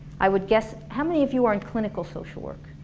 i would guess, how many of you are in clinical social work?